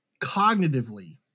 cognitively